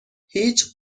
هیچ